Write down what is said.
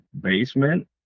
basement